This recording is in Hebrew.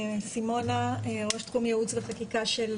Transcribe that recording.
אני סימונה, ראש תחום ייעוץ וחקיקה של